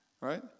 Right